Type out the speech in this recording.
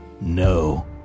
No